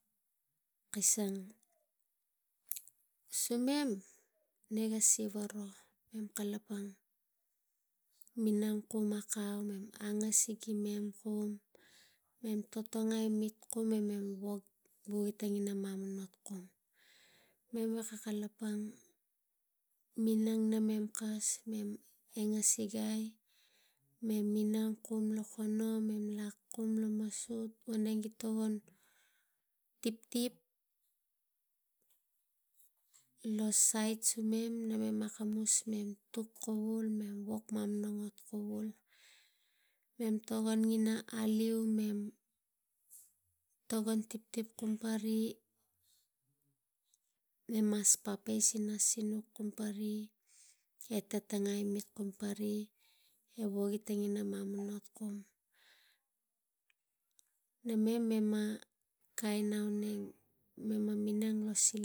E vap lavu ta mem ainao riga minang riga ma auneng kamatan riga ima auneng e e ga tokon powak tang patmaniu e omo annos tang makanuk e tivingou. Powak tang patmanui lakos ute omo lakaos makanuk e tivingou gavek tang patmanui gima gaveko nari ule keng rik patakai ga tokon mamana kuskus paratung aino kara tang pasin ina pasal la pasal e riga me minang e rig me tamai ekeng e lasing ari ina patmanui patakai sa patmaniu ina ra lakos ne ta powak tang patmaniu tang tivingou e makanuk patmaniu ira lakos e omo e namem mem naniu tang tivingou i uli e omo ule omo lakos e kamatan lain ri riga makanuk gara rik minang kes auneng e kamem pasalai e ngen nai la riga e ngen nai